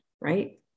Right